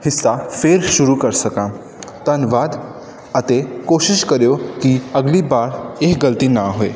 ਹਿੱਸਾ ਫਿਰ ਸ਼ੁਰੂ ਕਰ ਸਕਾਂ ਧੰਨਵਾਦ ਅਤੇ ਕੋਸ਼ਿਸ਼ ਕਰਿਓ ਕਿ ਅਗਲੀ ਵਾਰ ਇਹ ਗਲਤੀ ਨਾ ਹੋਵੇ